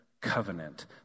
covenant